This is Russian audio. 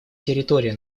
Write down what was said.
территория